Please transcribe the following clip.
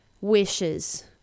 Wishes